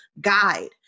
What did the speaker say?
guide